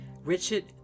Richard